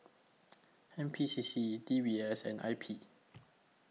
N P C C D B S and I P